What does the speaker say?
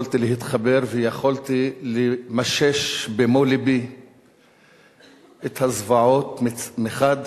יכולתי להתחבר ויכולתי למשש במו-לבי את הזוועות מחד